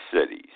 cities